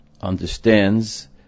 understands